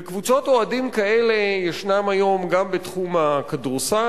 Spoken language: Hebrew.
וקבוצות אוהדים כאלה ישנן היום גם בתחום הכדורסל,